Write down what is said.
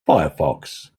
firefox